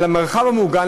על המרחב המוגן,